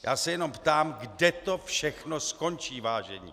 Já se jenom ptám, kde to všechno skončí, vážení.